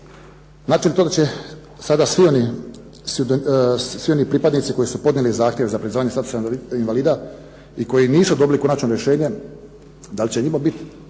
Znate li to da će sada svi oni pripadnici koji su podnijeli zahtjev za priznavanje statusa invalida i koji nisu dobili konačno rješenje da li će njima bit